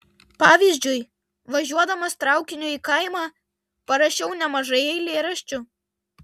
pavyzdžiui važiuodamas traukiniu į kaimą parašiau nemažai eilėraščių